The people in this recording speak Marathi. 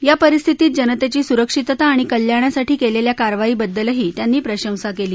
या परिस्थितीत जनतेची सुरक्षितता आणि कल्याणासाठी केलेल्या कारवाईबद्दलही त्यांनी प्रशंसा केली